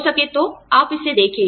हो सके तो आप इसे देखें